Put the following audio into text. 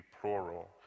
plural